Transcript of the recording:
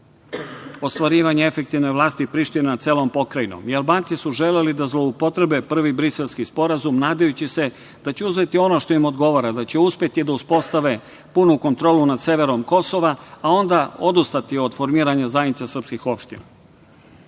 ostvarivanje efektivne vlasti Prištine nad celom pokrajinom. Albanci su želeli da zloupotrebe Prvi Briselski sporazum nadajući se da će uzeti ono što im odgovara, da će uspeti da uspostave punu kontrolu nad Severom Kosova, a onda odustati od formiranja zajednica srpskih opština. Četvrti